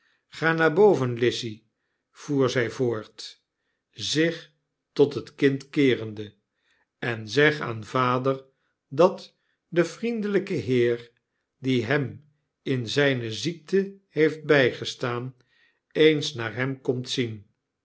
gla naar boven lizzy voer zy voort zich tot het kind keerende en zeg aan vader dat de vriendelpe heer die hem in zyne ziekte heeft bijgestaan eens naar hem komt zien